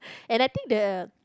and I think the